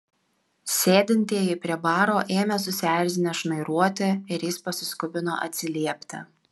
sėdintieji prie baro ėmė susierzinę šnairuoti ir jis pasiskubino atsiliepti